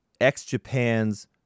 ex-Japan's